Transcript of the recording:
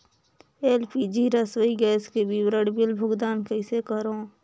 LPG रसोई gas के विवरण बिल भुगतान कइसे करों?